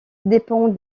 dépend